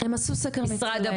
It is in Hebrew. הם עשו סקר משלהם.